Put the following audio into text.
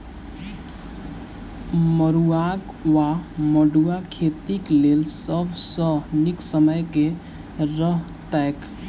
मरुआक वा मड़ुआ खेतीक लेल सब सऽ नीक समय केँ रहतैक?